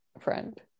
friend